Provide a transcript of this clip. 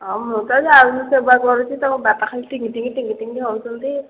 ହଁ ମୁଁ ତ ଯାଉନି ସେବା କରୁଛି ତୁମ ବାପା ଖାଲି ଟିଙ୍ଗି ଟିଙ୍ଗି ଟିଙ୍ଗି ଟିଙ୍ଗି ହେଉଛନ୍ତି